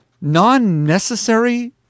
non-necessary